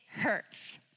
hurts